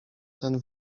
ten